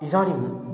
इदानीं